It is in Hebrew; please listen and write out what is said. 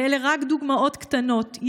ואלה רק דוגמאות קטנות.